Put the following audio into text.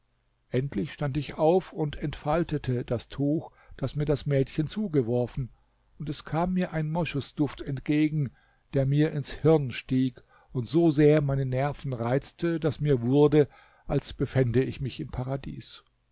endlich stand ich auf und entfaltete das tuch das mir das mädchen zugeworfen und es kam mir ein moschusduft entgegen der mir ins hirn stieg und so sehr meine nerven reizte daß mir wurde als befände ich mich im paradies